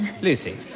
Lucy